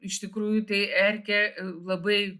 iš tikrųjų tai erkė labai